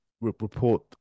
report